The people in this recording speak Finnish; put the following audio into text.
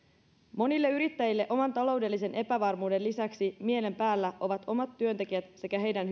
monilla yrittäjillä oman taloudellisen epävarmuuden lisäksi mielen päällä ovat omat työntekijät sekä heidän